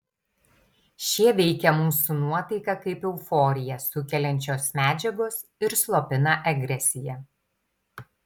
šie veikia mūsų nuotaiką kaip euforiją sukeliančios medžiagos ir slopina agresiją